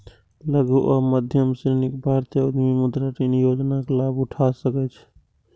लघु आ मध्यम श्रेणीक भारतीय उद्यमी मुद्रा ऋण योजनाक लाभ उठा सकै छै